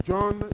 John